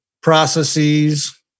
processes